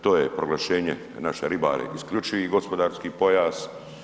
To je proglašenje za naše ribare, isključivi gospodarski pojas.